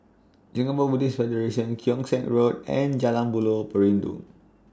Singapore Buddhist Federation Keong Saik Road and Jalan Buloh Perindu